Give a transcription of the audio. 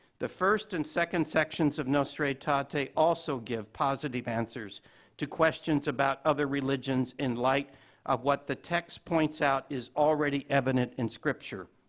the first and second sections of nostra aetate ah aetate also give positive answers to questions about other religions in light of what the text points out is already evident in scripture,